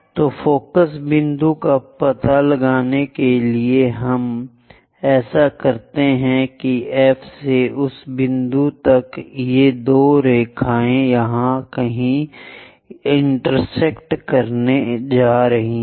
तो फोकस बिंदु का पता लगाने के लिए हम ऐसा करते है की F से उस बिंदु तक ये दो रेखाएँ यहाँ कहीं इंटेरसेक्ट करने जा रही हैं